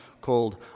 called